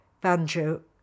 banjo